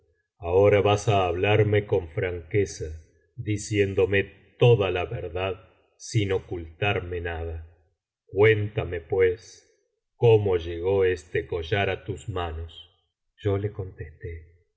ahora vas á hablarme con franqueza diciéndome toda la verdad sin ocultarme nada cuéntame pues cómo llegó este collar á tus manos yo le contesté oh